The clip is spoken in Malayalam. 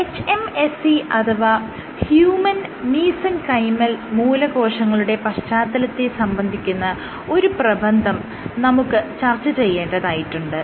hMSC അഥവാ ഹ്യൂമൻ മീസെൻകൈമൽ മൂലകോശങ്ങളുടെ പശ്ചാത്തലത്തെ സംബന്ധിക്കുന്ന ഒരു പ്രബന്ധം നമുക്ക് ചർച്ച ചെയ്യേണ്ടതായിട്ടുണ്ട്